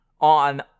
on